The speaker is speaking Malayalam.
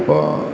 അപ്പോൾ